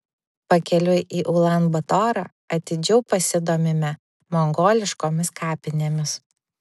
pakeliui į ulan batorą atidžiau pasidomime mongoliškomis kapinėmis